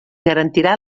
garantirà